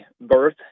birth